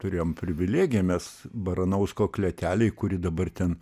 turėjom privilegiją mes baranausko klėtelėj kuri dabar ten